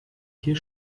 hier